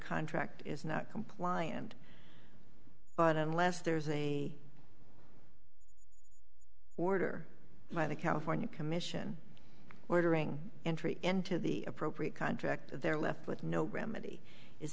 contract is not compliant but unless there's a order by the california commission ordering entry into the appropriate contract they're left with no remedy is